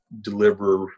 deliver